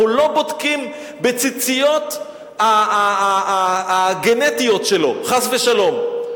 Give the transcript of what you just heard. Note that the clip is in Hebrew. אנחנו לא בודקים בציציות הגנטיות שלו, חס ושלום.